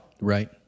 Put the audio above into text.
Right